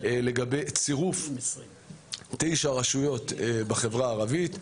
לגבי צירוף תשע רשויות בחברה הערבית,